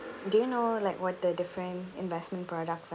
do you know like what the different investment products